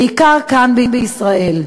בעיקר כאן בישראל.